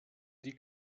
die